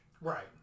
Right